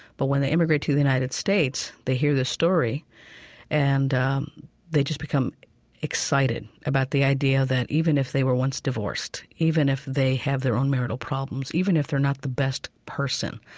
but when they immigrate to the united states, they hear this story and they just become excited about the idea that even if they were once divorced, even if they have their own marital problems, even if they're not the best person,